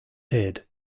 head